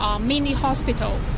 mini-hospital